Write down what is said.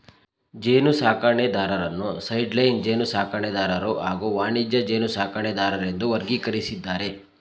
ಜೇನುಸಾಕಣೆದಾರರನ್ನು ಸೈಡ್ಲೈನ್ ಜೇನುಸಾಕಣೆದಾರರು ಹಾಗೂ ವಾಣಿಜ್ಯ ಜೇನುಸಾಕಣೆದಾರರೆಂದು ವರ್ಗೀಕರಿಸಿದ್ದಾರೆ